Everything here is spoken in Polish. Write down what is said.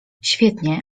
świetnie